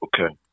Okay